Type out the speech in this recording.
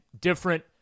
different